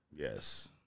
Yes